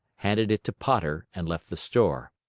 handed it to potter, and left the store.